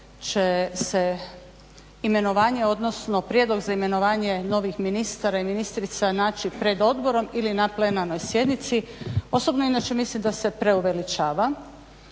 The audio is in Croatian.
će se imenovanje odnosno prijedlog za imenovanje novih ministara i ministrica naći pred odborom ili na plenarnoj sjednici. Osobno inače mislim da se preuveličava.